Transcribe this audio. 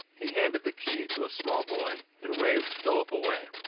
he handed the key to a small boy and waved philip away.